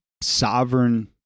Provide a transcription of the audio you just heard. sovereign